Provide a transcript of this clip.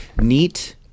neat